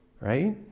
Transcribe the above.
right